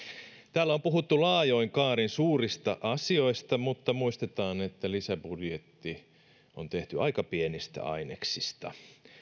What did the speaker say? täällä on on puhuttu laajoin kaarin suurista asioista mutta muistetaan että lisäbudjetti on tehty aika pienistä aineksista